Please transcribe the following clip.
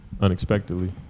unexpectedly